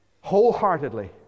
wholeheartedly